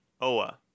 Oa